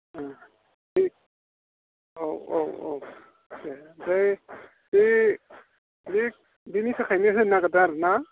बे औ औ औ दे ओमफ्राय बै बि बिनि थाखायनो होनो नागिरदों आरो ना